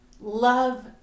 love